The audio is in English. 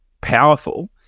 powerful